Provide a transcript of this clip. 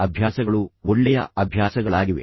ಈ ಅಭ್ಯಾಸಗಳು ಒಳ್ಳೆಯ ಅಭ್ಯಾಸಗಳಾಗಿವೆ